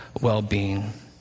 well-being